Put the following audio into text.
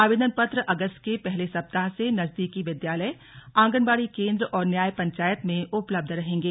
आवेदन पत्र अगस्त के पहले सप्ताह से नजदीकी विद्यालय आंगनबाड़ी केन्द्र और न्याय पंचायत में उपलब्ध रहेंगे